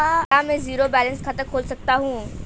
क्या मैं zero balance खाता खोल सकता हूँ?